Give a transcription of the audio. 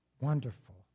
wonderful